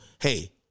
hey